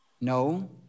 No